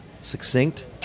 succinct